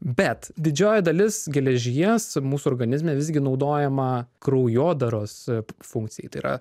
bet didžioji dalis geležies mūsų organizme visgi naudojama kraujodaros funkcijai tai yra